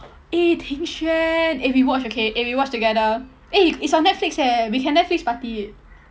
eh ding xuan eh rewatch okay eh rewatch together eh it's on netflix eh we can netflix party it